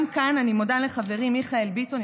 גם כאן אני מודה לחבר מיכאל ביטון,